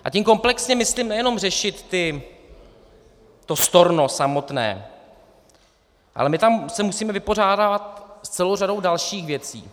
A tím komplexně myslím nejenom řešit to storno samotné, ale my tam se musíme vypořádávat s celou řadou dalších věcí.